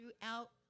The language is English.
throughout